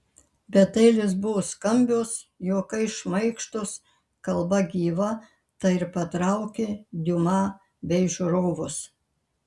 bet eilės buvo skambios juokai šmaikštūs kalba gyva tai ir patraukė diuma bei žiūrovus